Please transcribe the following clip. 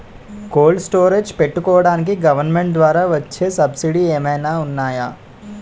Cold storage పెట్టుకోడానికి government ద్వారా వచ్చే సబ్సిడీ ఏమైనా ఉన్నాయా?